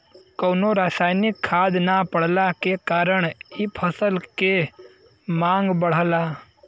कवनो रासायनिक खाद ना पड़ला के कारण इ फसल के मांग बढ़ला